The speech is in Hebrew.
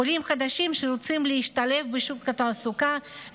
עולים חדשים שרוצים להשתלב בשוק התעסוקה,